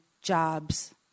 jobs